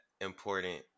important